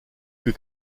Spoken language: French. que